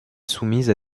soumises